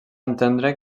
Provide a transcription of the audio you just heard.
entendre